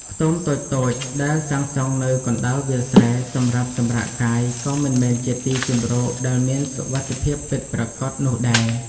ខ្ទមតូចៗដែលសាងសង់នៅកណ្តាលវាលស្រែសម្រាប់សម្រាកកាយក៏មិនមែនជាទីជម្រកដែលមានសុវត្ថិភាពពិតប្រាកដនោះដែរ។